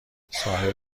ساحل